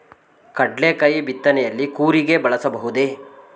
ಕಡ್ಲೆಕಾಯಿ ಬಿತ್ತನೆಯಲ್ಲಿ ಕೂರಿಗೆ ಬಳಸಬಹುದೇ?